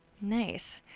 Nice